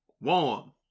warm